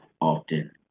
often